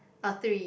uh three